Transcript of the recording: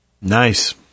Nice